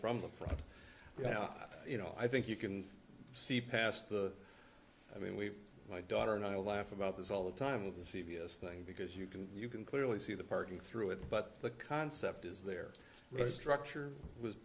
from the front yeah you know i think you can see past the i mean we my daughter and i laugh about this all the time with the c b s thing because you can you can clearly see the parking through it but the concept is there a structure was